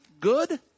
good